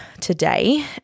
today